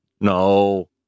No